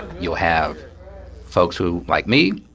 you'll have folks who like me.